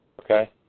Okay